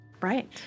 Right